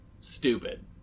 stupid